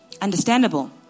understandable